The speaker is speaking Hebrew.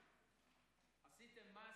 עשיתם מס